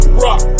rock